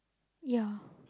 yeah